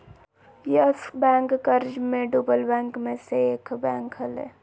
yes Bank कर्ज मे डूबल बैंक मे से एक बैंक हलय